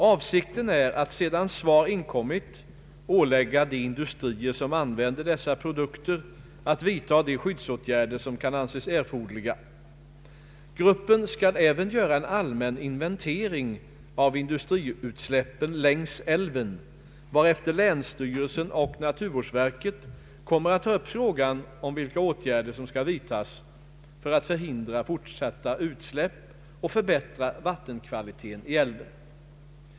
Avsikten är att, sedan svar inkommit, ålägga de industrier som använder dessa produkter att vidta de skyddsåtgärder som kan anses erforderliga. Gruppen skall även göra en allmän inventering av industriutsläppen längs älven, varefter länsstyrelsen och naturvårdsverket kommer att ta upp frågan om vilka åtgärder som skall vidtas för att förhindra fortsatta utsläpp och förbättra vattenkvaliteten i älven.